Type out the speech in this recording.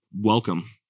Welcome